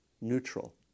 neutral